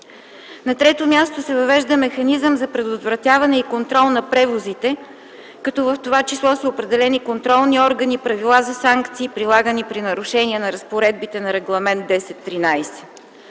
На трето място се въвежда механизъм за предотвратяване и контрол на превозите, като в това число са определени контролни органи, правила за санкции, прилагани при нарушение на разпоредбите на Регламент 1013.